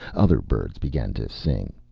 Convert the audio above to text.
other birds began to sing.